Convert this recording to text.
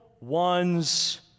one's